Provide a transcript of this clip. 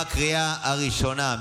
בקריאה הראשונה.